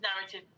narrative